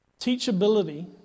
teachability